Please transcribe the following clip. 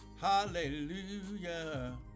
Hallelujah